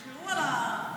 תשמרו על, פחות,